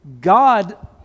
God